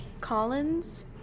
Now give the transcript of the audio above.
Collins